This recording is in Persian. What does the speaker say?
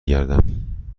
گردم